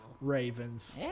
Ravens